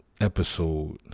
episode